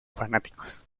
fanáticos